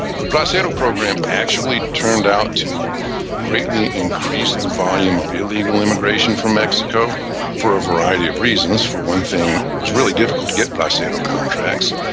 the bracero program actually turned out to greatly increase the volume of illegal immigration from mexico for a variety of reasons. for one thing, it was really difficult to get bracero contracts,